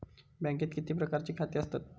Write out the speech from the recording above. बँकेत किती प्रकारची खाती असतत?